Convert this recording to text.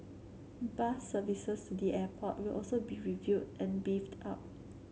bus services to the airport will also be reviewed and beefed up